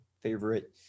favorite